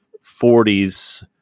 forties